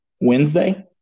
Wednesday